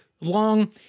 long